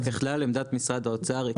ככלל עמדת משרד האוצר.